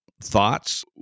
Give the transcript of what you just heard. thoughts